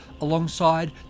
alongside